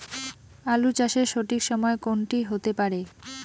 আলু চাষের সঠিক সময় কোন টি হতে পারে?